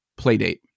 Playdate